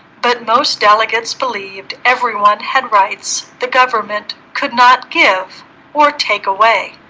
but most delegates believed everyone had rights the government could not give or take away